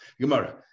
Gemara